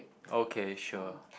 okay sure